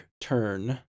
turn